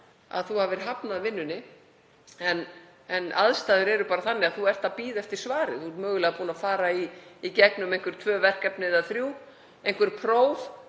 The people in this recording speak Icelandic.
maður hafir hafnað vinnunni. En aðstæður eru bara þannig að þú ert að bíða eftir svari og hefur mögulega farið í gegnum einhver tvö verkefni eða þrjú, einhver próf,